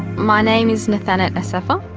my name is nethanet assefa,